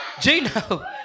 Gino